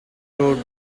wrote